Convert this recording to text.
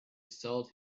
sought